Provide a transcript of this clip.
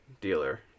dealer